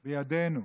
שבידינו.